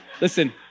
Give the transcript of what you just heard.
Listen